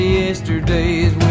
yesterdays